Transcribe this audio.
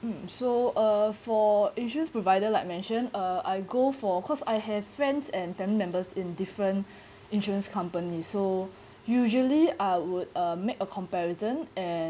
um so uh for insurance provider like mentioned uh I go for cause I have friends and family members in different insurance company so usually I would uh make a comparison and